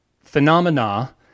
phenomena